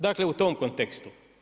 Dakle u tom kontekstu.